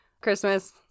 Christmas